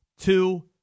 two